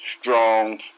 strong